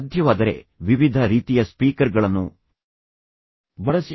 ಸಾಧ್ಯವಾದರೆ ವಿವಿಧ ರೀತಿಯ ಸ್ಪೀಕರ್ಗಳನ್ನು ಬಳಸಿ